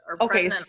Okay